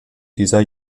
dieser